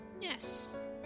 Yes